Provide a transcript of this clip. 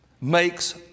makes